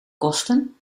kosten